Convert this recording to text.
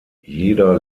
jeder